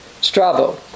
Strabo